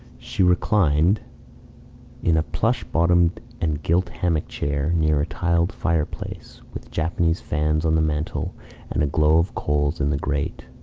she reclined in a plush-bottomed and gilt hammock-chair near a tiled fireplace, with japanese fans on the mantel and a glow of coals in the grate.